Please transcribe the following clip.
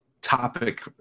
topic